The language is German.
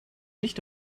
nicht